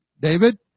David